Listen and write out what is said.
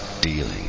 dealing